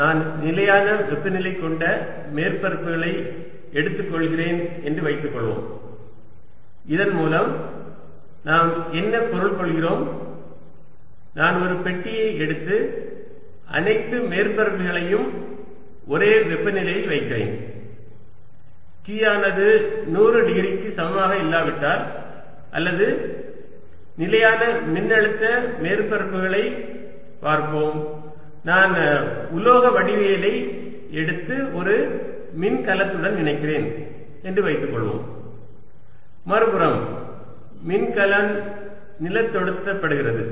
எனவே நான் நிலையான வெப்பநிலை கொண்ட மேற்பரப்புகளை எடுத்துக்கொள்கிறேன் என்று வைத்துக்கொள்வோம் இதன் மூலம் நாம் என்ன பொருள் கொள்கிறோம் நான் ஒரு பெட்டியை எடுத்து அனைத்து மேற்பரப்புகளையும் ஒரே வெப்பநிலையில் வைக்கிறேன் T ஆனது 100 டிகிரிக்கு சமமாக இல்லாவிட்டால் அல்லது நிலையான மின்னழுத்த மேற்பரப்புகளையும் பார்ப்போம் நான் உலோக வடிவவியலை எடுத்து ஒரு மின்கலத்துடன் இணைக்கிறேன் என்று வைத்துக்கொள்வோம் மறுபுறம் மின்கலம் நிலத்தொடுத்த படுகிறது